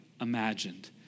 imagined